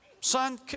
Son